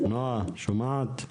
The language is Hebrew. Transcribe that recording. נועה, את שומעת?